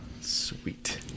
Sweet